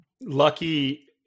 Lucky